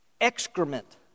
excrement